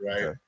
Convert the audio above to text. right